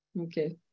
Okay